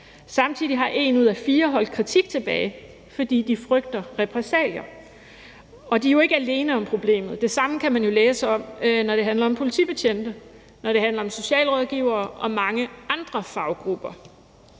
Samtidig har et ud af fire medlemmer holdt kritik tilbage, fordi de frygter repressalier. Og de er jo ikke alene om problemet. Det samme kan man jo læse, når det handler om politibetjente, og når det handler om socialrådgivere og mange andre faggrupper.